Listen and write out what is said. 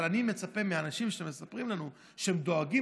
אבל אני מצפה מאנשים שמספרים לנו שהם דואגים